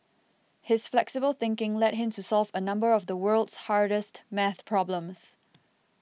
his flexible thinking led him to solve a number of the world's hardest math problems